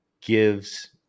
gives